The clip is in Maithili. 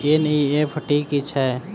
एन.ई.एफ.टी की छीयै?